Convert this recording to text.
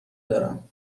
دارم